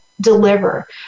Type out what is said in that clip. deliver